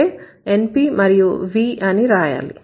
అంటే NP మరియు V అని రాయాలి